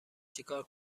چیکار